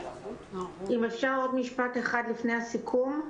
אם אפשר, עוד משפט אחד לפני הסיכום?